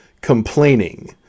complaining